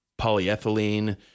polyethylene